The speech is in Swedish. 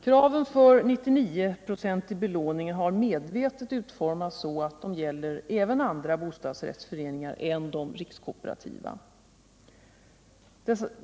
Kraven för 99-procentig belåning har medvetet utformats så, att de gäller även andra bostadsrättsföreningar än de rikskooperativa.